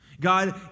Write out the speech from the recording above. God